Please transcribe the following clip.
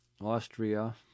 Austria